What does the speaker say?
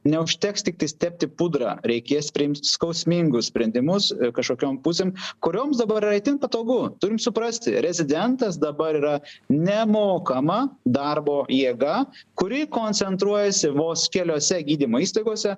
neužteks tiktais tepti pudrą reikės priimt skausmingus sprendimus kašokiom pusėm kurioms dabar itin patogu turim suprasti rezidentas dabar yra nemokama darbo jėga kuri koncentruojasi vos keliose gydymo įstaigose